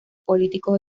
políticos